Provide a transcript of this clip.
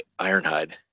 Ironhide